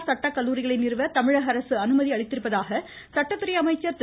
அரசு சட்டக்கல்லூரிகளை நிறுவ தமிழக அரசு அனுமதி அளிப்பதாக சட்டத்துறை அமைச்சர் திரு